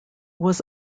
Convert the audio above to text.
was